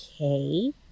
Okay